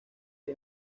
hay